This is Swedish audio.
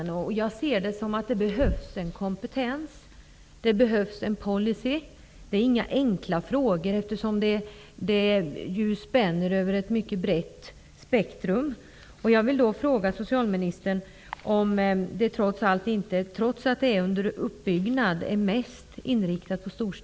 Jag ser det så att det behövs en kompetens och en policy. Detta är inte några enkla frågor, eftersom de spänner över ett mycket brett spektrum.